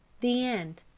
the end.